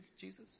Jesus